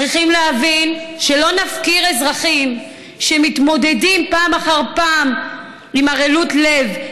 צריכים להבין שלא נפקיר אזרחים שמתמודדים פעם אחר פעם עם ערלות לב,